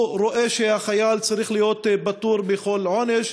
הוא רואה שהחייל צריך להיות פטור מכל עונש.